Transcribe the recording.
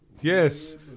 Yes